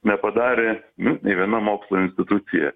nepadarė nė viena mokslo institucija